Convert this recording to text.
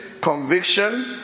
conviction